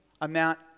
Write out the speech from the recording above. amount